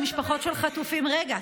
להצעת החוק הוגשו בקשות רשות דיבור,